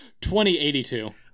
2082